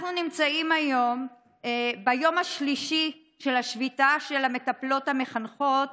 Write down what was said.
אנחנו נמצאים היום ביום השלישי לשביתה של המטפלות המחנכות